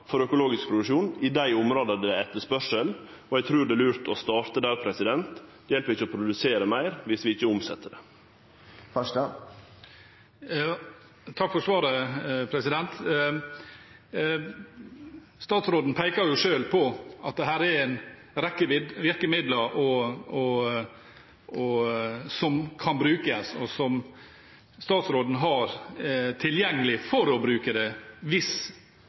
for økologisk produksjon i dei områda der det er etterspurnad. Eg trur det er lurt å starte der. Det hjelper ikkje å produsere meir dersom vi ikkje omset det. Takk for svaret. Statsråden peker selv på at det her er en rekke virkemidler som kan brukes, og som statsråden har tilgjengelig for å bruke, hvis han ønsker det.